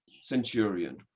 centurion